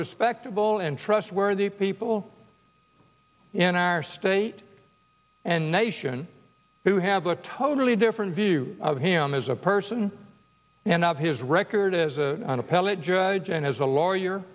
respectable and trustworthy people in our state and nation who have a totally different view of him as a person and of his record as a a